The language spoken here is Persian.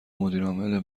مدیرعامل